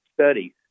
studies